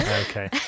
okay